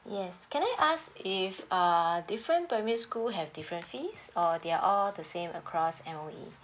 yes can I ask if uh different primary school have different fees or they're all the same across M_O_E